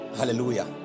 Hallelujah